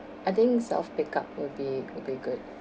I think self pick up will be will be good